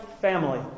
family